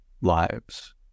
lives